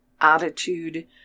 attitude